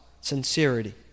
sincerity